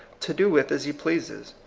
to do with as he pleases?